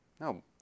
No